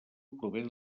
prové